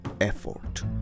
effort